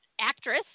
actress